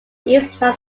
eastman